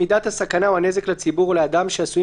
מידת הסכנה או הנזק לציבור או לאדם שעשויים